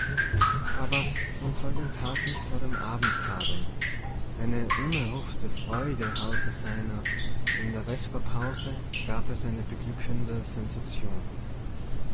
aber man soll den tag nicht vor dem abend tadeln eine unerhoffte freude harrte seiner in der vesperpause gab es eine beglückende sensation